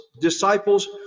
disciples